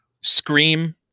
Scream